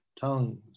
tongues